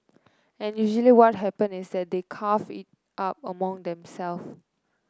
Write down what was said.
and usually what happens is that they carve it up among themself